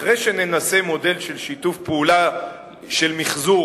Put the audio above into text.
אחרי שננסה מודל של שיתוף פעולה של מיחזור